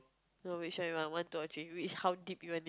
no which one you want one two or three which how deep you want it